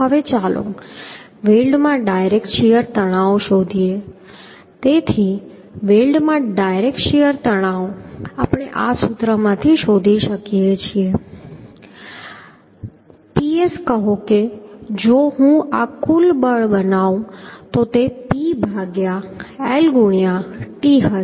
હવે ચાલો વેલ્ડમાં ડાયરેક્ટ શીયર તણાવ શોધીએ તેથી વેલ્ડમાં ડાયરેક્ટ શીયર તણાવ આપણે આ સૂત્રમાંથી શોધી શકીએ છીએ કે Ps કહો કે જો હું આ કુલ બળ બનાવું તો તે P ભાગ્યા Lગુણ્યા t હશે